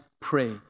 pray